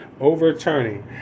overturning